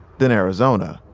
then arizona,